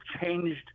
changed